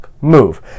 move